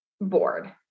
board